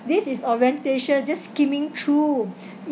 this is orientation just skimming through